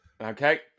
Okay